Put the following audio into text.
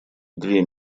две